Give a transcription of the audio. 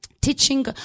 teaching